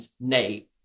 Nate